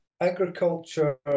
Agriculture